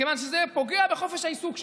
כיוון שזה פוגע בחופש העיסוק שלו.